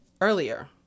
earlier